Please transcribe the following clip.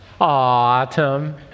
Autumn